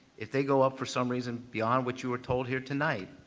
if they go up for some reason beyond what you were told here tonight,